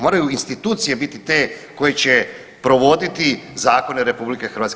Moraju institucije biti te koje će provoditi zakone RH.